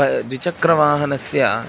द्विचक्रवाहनस्य